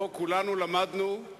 חבר הכנסת אפללו אמר: